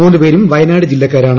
മൂന്ന് പ്രേം വയനാട് ജില്ലക്കാരാണ്